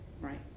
Right